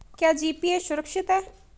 क्या जी.पी.ए सुरक्षित है?